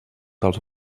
dels